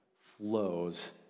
flows